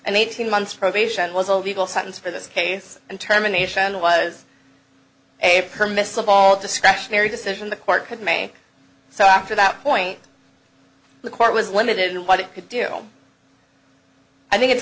an eighteen months probation was a legal sentence for this case and terminations was a permissive all discretionary decision the court could may so after that point the court was limited in what it could do i think it's